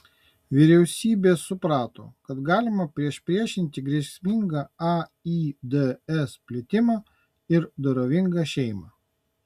vyriausybės suprato kad galima priešpriešinti grėsmingą aids plitimą ir dorovingą šeimą